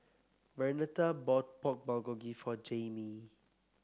Vernetta bought Pork Bulgogi for Jaimee